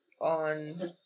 on